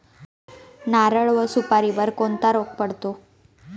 नारळ व सुपारीवर कोणता रोग पडतो?